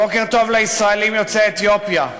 בוקר טוב לישראלים יוצאי אתיופיה.